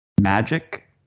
magic